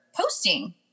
posting